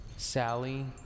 Sally